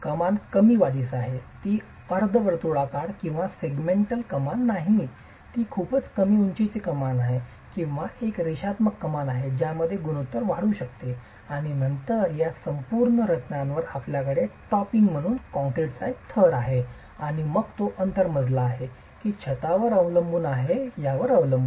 कमान कमी वाढीस आहे ती अर्धवर्तुळाकार किंवा सेगमेंटल कमान नाही ती खूपच कमी उंचीची कमान आहे किंवा एक रेषात्मक कमान आहे ज्यामध्ये गुणोत्तर वाढू शकते आणि नंतर या संपूर्ण रचनावर आपल्याकडे टॉपिंग म्हणून कंक्रीट थर आहे आणि मग तो अंतर्गत मजला आहे की छतावरच अवलंबून आहे यावर अवलंबून